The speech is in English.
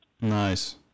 Nice